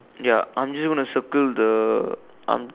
ya I'm just gonna circle the I'm